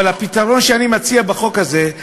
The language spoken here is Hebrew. אבל הפתרון שאני מציע בחוק הזה,